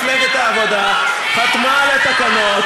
השרה ממפלגת העבודה, חתמה על התקנות.